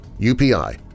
UPI